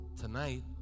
tonight